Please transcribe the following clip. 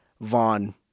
Vaughn